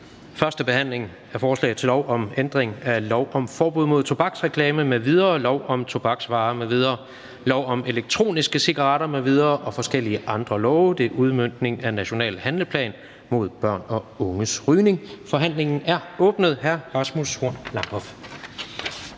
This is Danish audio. nr. L 61: Forslag til lov om ændring af lov om forbud mod tobaksreklame m.v., lov om tobaksvarer m.v., lov om elektroniske cigaretter m.v. og forskellige andre love. (Udmøntning af national handleplan mod børn og unges rygning). Af sundheds- og